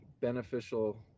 beneficial